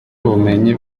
ubumenyi